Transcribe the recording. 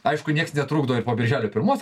aišku nieks netrukdo ir po birželio pirmos